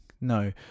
No